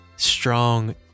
strong